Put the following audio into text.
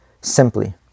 simply